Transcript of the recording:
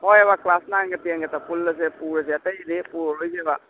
ꯍꯣꯏꯑꯦꯕ class ꯅꯥꯏꯟꯒ ꯇꯦꯟꯒꯇ ꯄꯨꯜꯂꯁꯦ ꯄꯨꯔꯁꯦ ꯑꯇꯩꯗꯤ ꯄꯨꯔꯔꯣꯏꯁꯦꯕ